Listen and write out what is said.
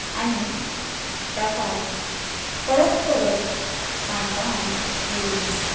आनी ताका परत परत काणकोणांत येवूंक दिसता